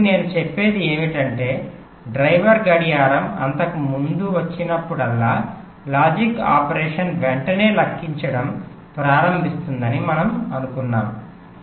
కాబట్టి నేను చెప్పేది ఏమిటంటే డ్రైవర్ గడియారం అంతకు ముందు వచ్చినప్పుడల్లా లాజిక్ ఆపరేషన్ వెంటనే లెక్కించడం ప్రారంభిస్తుందని మనము అనుకున్నాము